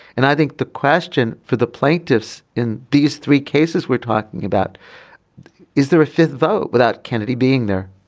and i think the question for the plaintiffs in these three cases we're talking about is there a fifth vote without kennedy being there